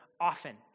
often